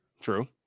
True